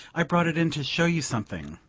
i brought it in to show you something.